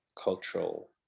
cultural